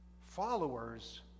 Followers